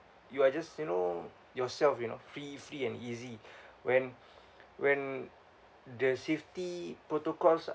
you are just you know yourself you know free free and easy when when the safety protocols